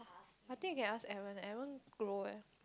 I think you can ask Aaron Aaron grow eh